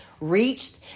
reached